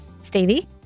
Stevie